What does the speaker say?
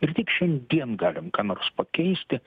ir tik šiandien galim ką nors pakeisti